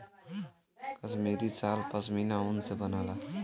कसमीरी साल पसमिना ऊन से बनला